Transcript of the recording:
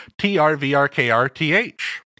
T-R-V-R-K-R-T-H